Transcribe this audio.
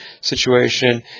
situation